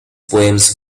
poems